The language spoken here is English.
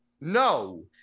no